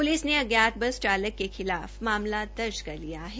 police ने अज्ञात bus चालक के खिलाफ मामला दर्ज कर लिया है